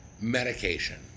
medication